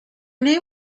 name